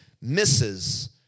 misses